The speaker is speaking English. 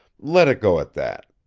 let it go at that.